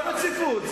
לא רציפות,